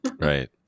Right